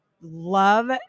love